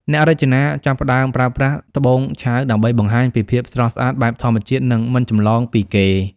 អ្នករចនាចាប់ផ្ដើមប្រើប្រាស់ "ត្បូងឆៅ" ដើម្បីបង្ហាញពីភាពស្រស់ស្អាតបែបធម្មជាតិ និងមិនចម្លងពីគេ។